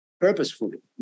purposefully